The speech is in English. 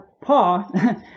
paw